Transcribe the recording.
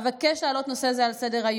אבקש להעלות נושא זה לסדר-היום